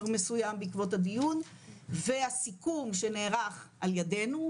מסוים או לא להכליל חומר מסוים בעקבות הדיון והסיכום שנערך על ידינו,